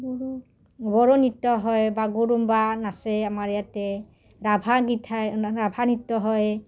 বড়ো নৃত্য হয় বাগৰুম্বা নাচে আমাৰ ইয়াতে ৰাভা গিঠাই ৰাভা নৃত্য হয়